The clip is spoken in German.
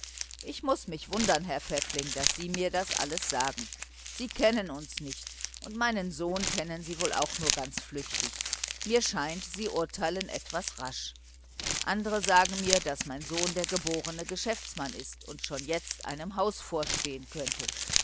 ich muß mich wundern herr pfäffling daß sie mir das alles sagen wir kennen uns nicht und meinen sohn kennen sie wohl auch nur ganz flüchtig mir scheint sie urteilen etwas rasch andere sagen mir daß mein sohn der geborene geschäftsmann ist und schon jetzt einem haus vorstehen könnte